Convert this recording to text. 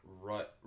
right